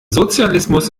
sozialismus